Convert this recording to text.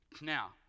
Now